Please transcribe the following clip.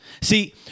See